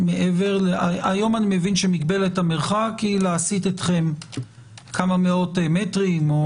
היום אני מבין שמגבלת המרחק היא להסית אתכם כמה מאות מטרים.